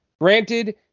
Granted